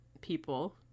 people